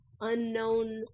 unknown